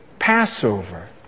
Passover